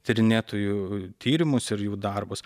tyrinėtojų tyrimus ir jų darbus